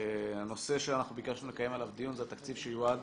הנושא שאנחנו ביקשנו לקיים עליו דיון זה התקציב שיועד